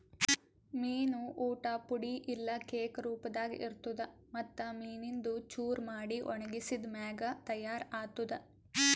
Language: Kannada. ಮೀನು ಊಟ್ ಪುಡಿ ಇಲ್ಲಾ ಕೇಕ್ ರೂಪದಾಗ್ ಇರ್ತುದ್ ಮತ್ತ್ ಮೀನಿಂದು ಚೂರ ಮಾಡಿ ಒಣಗಿಸಿದ್ ಮ್ಯಾಗ ತೈಯಾರ್ ಆತ್ತುದ್